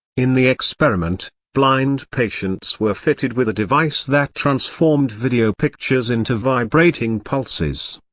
in the experiment, blind patients were fitted with a device that transformed video pictures into vibrating pulses.